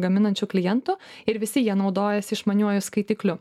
gaminančių klientų ir visi jie naudojasi išmaniuoju skaitikliu